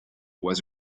was